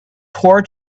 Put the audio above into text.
poor